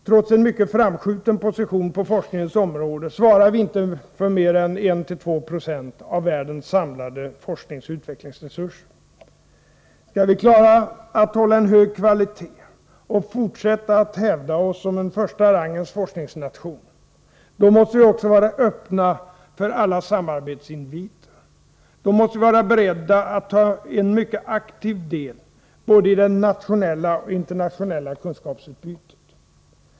Trots en mycket framskjuten position på forskningens område svarar vi inte för mer än 1-2 96 av världens samlade forskningsoch utvecklingsresurser. Skall vi klara att hålla en hög kvalitet och fortsätta hävda oss som en första rangens forskningsnation, då måste vi också vara öppna för alla samarbetsinviter. Då måste vi vara beredda att ta en mycket aktiv del i både det nationella och internationella kunskapsutbytet.